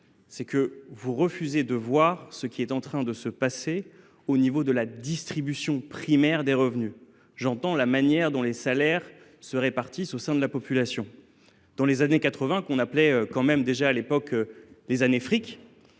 est simple : vous refusez de voir ce qui est en train de se passer au sein de la distribution primaire des revenus, c’est à dire la manière dont les salaires se répartissent au sein de la population. Dans les années 1980, qui étaient pourtant déjà appelées à l’époque les années fric,